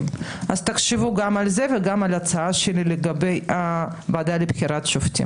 תחשבו גם על זה וגם על ההצעה שלי לגבי הועדה לבחירת שופטים.